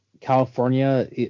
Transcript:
California